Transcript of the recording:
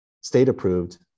state-approved